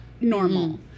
normal